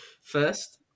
first